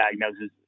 diagnosis